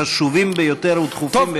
חשובים ביותר ודחופים ביותר,